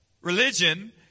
Religion